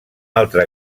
altra